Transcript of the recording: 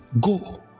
go